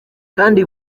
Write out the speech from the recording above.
kandi